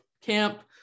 camp